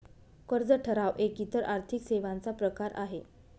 कर्ज ठराव एक इतर आर्थिक सेवांचा प्रकार आहे